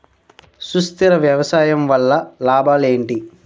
సుస్థిర వ్యవసాయం వల్ల లాభాలు ఏంటి?